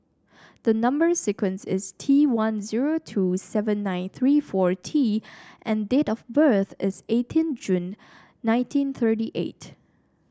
the number sequence is T one zero two seven nine three four T and date of birth is eighteen June nineteen thirty eight